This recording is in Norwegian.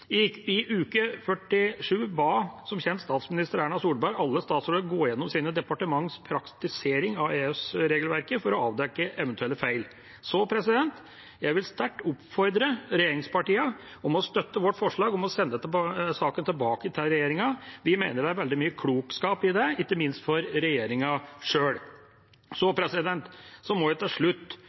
I uke 47 ba som kjent statsminister Erna Solberg alle statsråder om å gå igjennom sitt departements praktisering av EØS-regelverket for å avdekke eventuelle feil. Så jeg vil sterkt oppfordre regjeringspartiene til å støtte vårt forslag om å sende saken tilbake til regjeringa. Vi mener det er veldig mye klokskap i det, ikke minst for regjeringa sjøl. Så må jeg til slutt